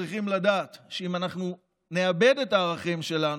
כי בסופו של יום אנחנו צריכים לדעת שאם אנחנו נאבד את הערכים שלנו,